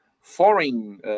foreign